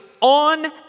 on